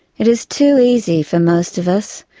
it is too easy, for most of us,